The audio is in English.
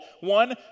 one